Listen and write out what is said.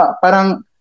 parang